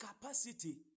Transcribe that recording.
capacity